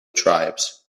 tribes